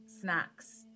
snacks